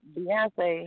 Beyonce